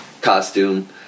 costume